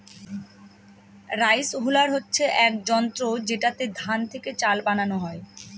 rice huller হচ্ছে এক যন্ত্র যেটাতে ধান থেকে চাল বানানো হয়